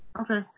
Okay